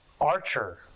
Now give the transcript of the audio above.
archer